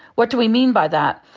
what do we mean by that?